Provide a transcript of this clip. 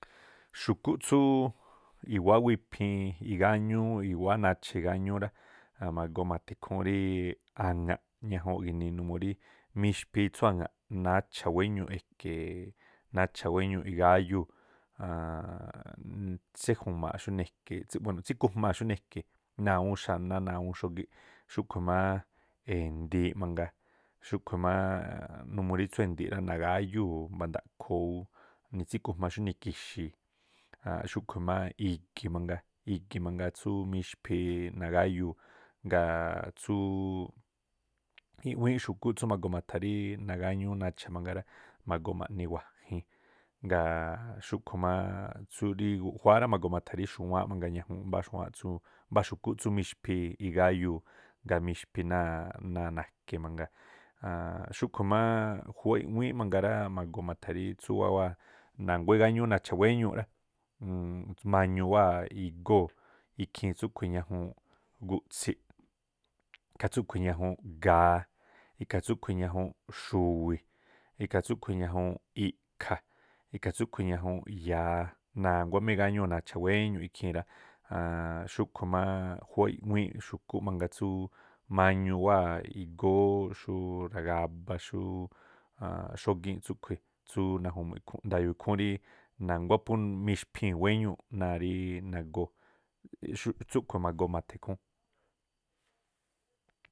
Xu̱kúꞌ tsúú wiphiin igáñúú i̱wáá nachaa̱ igáñúú rá. Ma̱goo ma̱tha ikhúún rá rí a̱ŋa̱ꞌ ́ñajuunꞌ gi̱nii numuu rí mixphi tsú aŋa̱ꞌ numuu rí nacha̱ eke̱ nacha wéñuuꞌ igáyúu̱ tséju̱ma̱a̱ꞌ xúnii e̱ke̱ buéno̱ tsíkujmaa̱ xúnii e̱ke̱ náa̱ awúún xaná náa̱ awúún xógíꞌ. Xúꞌkhui̱ má endi̱i mangaa, xúꞌkhui̱ máá numuu rí tsú́ e̱ndi̱iꞌ rá nagáyúu̱ ma̱ndaꞌkhoo, nitsíkujma xúnii i̱ki̱xi̱i̱, ja̱a̱nꞌ. Xúꞌkhui̱ má i̱gi̱ mangaa, igi̱ mangaa tsú mixphii nagáyuu, ngaa̱ tsú i̱ꞌwíínꞌ xu̱kúꞌ tsú magoo ma̱tha̱ rí nagáñúú nacha̱ mangaa rá, ma̱goo maꞌni wa̱jin, tsú rí guꞌjuáá rá magoo ma̱thá rí xu̱wáánꞌ mangaa ñajuunꞌ mbáá xu̱wáánꞌ tsú mbáá xukúꞌ tsú mixphii igáyuu ngaa̱ mixphi náa̱ ná̱a na̱ke mangaa̱. Xúꞌkhui̱ má khúwá i̱ꞌwíínꞌ mangaa rá, magoo ma̱tha̱ rí tsú wáa̱ wáa̱ nanguá igáñúú nacha̱ wéñuuꞌ rá, uumm- ma̱ñuu wáa̱̱ igóo̱ ikhiin tsúꞌkhui̱ ñajuunꞌ gu̱tsi̱ꞌ, ikhaa tsúꞌkhui̱ ñajuunꞌ ga̱a, ikhaa tsúꞌkhui̱ ñajuun xu̱wi̱, ikhaa tsúꞌkhui̱ ñajuunꞌ i̱ꞌkha̱, ikhaa tsúꞌkhui̱ ñajuun ya̱a, na̱nguá má igáñúu̱ nacha̱ wéñuuꞌ ikhii̱n rá. Xúꞌkhui̱ má khúwá i̱ꞌwíínꞌ xu̱kú tsú mañuu wáa̱ igóó xurí ragaba, xúú xógíínꞌ tsúꞌkhui̱ tsú naju̱mu̱ꞌ tsú nda̱yo̱o̱ ikhúún rí na̱nguá mixphii̱n wéñuuꞌ náa̱ rí nagóo̱. Tsúꞌkhui̱ ma̱goo ma̱tha̱ ikhúún.